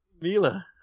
Mila